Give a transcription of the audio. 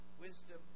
wisdom